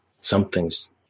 Something's